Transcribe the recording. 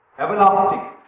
everlasting